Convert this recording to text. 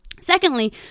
Secondly